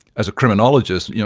as a criminologist, you know